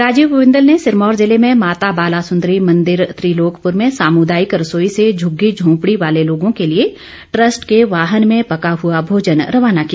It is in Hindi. राजीव बिंदल ने सिरमौर जिले में माता बालासुन्दरी मंदिर त्रिलोकपुर में सामुदायिक रसोई से झुग्गी झोंपड़ी वाले लोगों के लिये ट्रस्ट के वाहन में पका हुआ भोजन रवाना किया